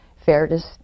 fairness